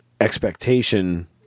expectation